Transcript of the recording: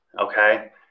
Okay